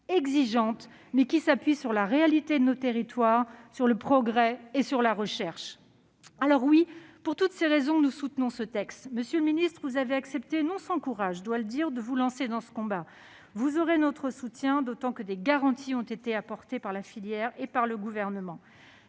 exigeante, mais qui s'appuie sur la réalité de nos territoires, le progrès et la recherche. Alors oui, pour toutes ces raisons, nous soutenons ce texte. Monsieur le ministre, vous avez accepté, non sans courage, de vous lancer dans ce combat. Vous aurez notre soutien, d'autant que des garanties ont été apportées par la filière et le Gouvernement.